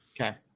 Okay